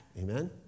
Amen